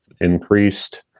increased